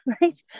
right